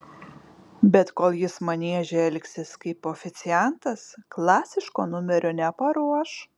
bet kol jis manieže elgsis kaip oficiantas klasiško numerio neparuoš